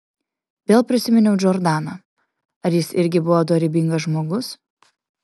vėl prisiminiau džordaną ar jis irgi buvo dorybingas žmogus